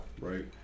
right